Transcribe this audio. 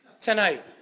tonight